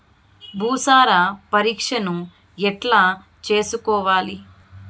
భూసార పరీక్షను ఎట్లా చేసుకోవాలి?